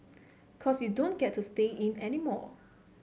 cause you don't get to stay in anymore